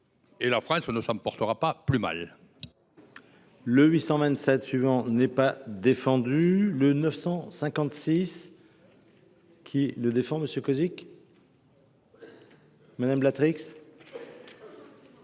Et la France ne s’en portera pas plus mal